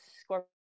Scorpio